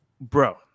bro